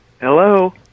Hello